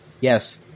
yes